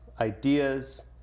ideas